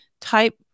type